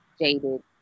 Jaded